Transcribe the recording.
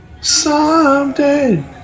Someday